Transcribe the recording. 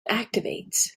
activates